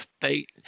state